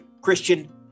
Christian